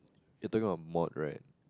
you took it a mode right